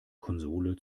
konsole